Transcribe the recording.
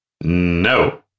no